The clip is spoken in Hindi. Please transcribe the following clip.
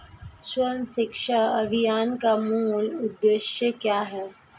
सर्व शिक्षा अभियान का मूल उद्देश्य क्या है?